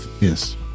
Yes